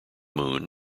moon